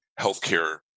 healthcare